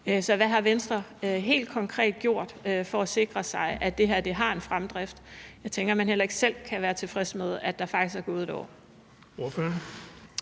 Så hvad har Venstre helt konkret gjort for at sikre sig, at det her har en fremdrift? Jeg tænker, at man heller ikke selv kan være tilfreds med, at der faktisk er gået et år.